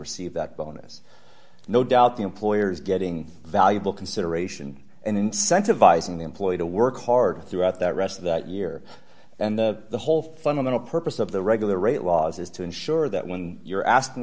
receive that bonus no doubt the employer is getting valuable consideration and incentivizing the employee to work hard throughout the rest of that year and the whole fundamental purpose of the regular rate laws is to ensure that when you're asking